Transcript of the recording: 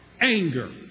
Anger